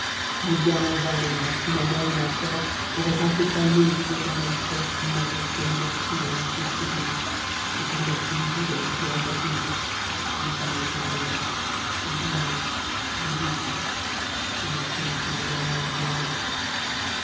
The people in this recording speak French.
mais bien en vain hélas ou ma mère ou ma soeur auraient pensé calmer le flot envahisseur qui m'emportait meurtri dans l'affreuse tourmente et pour mettre une digue à mes pleurs apaisés il fallait ton regard de doux mots des baisers et les frémissements de la main d'une amante